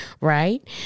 Right